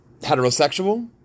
Heterosexual